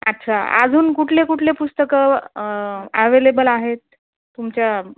अच्छा अजून कुठले कुठले पुस्तकं ॲवेलेबल आहेत तुमच्या